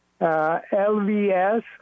LVS